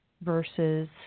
versus